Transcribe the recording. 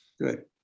Good